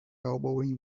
elbowing